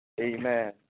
Amen